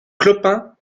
clopin